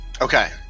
okay